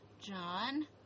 John